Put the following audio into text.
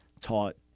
taught